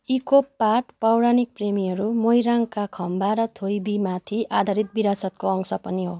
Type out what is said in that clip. इकोप पाट पौराणिक प्रेमीहरू मोइराङका खम्बा र थोइबिमाथि आधारित विरासतको अंश पनि हो